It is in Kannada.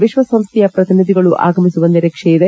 ವಿಶ್ವಸಂಸ್ಟೆಯ ಪ್ರತಿನಿಧಿಗಳು ಆಗಮಿಸುವ ನಿರೀಕ್ಷೆ ಇದೆ